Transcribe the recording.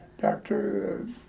Doctor